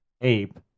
ape